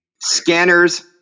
Scanners